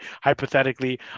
hypothetically